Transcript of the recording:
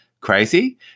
crazy